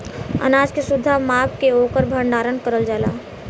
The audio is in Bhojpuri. अनाज के शुद्धता माप के ओकर भण्डारन करल जाला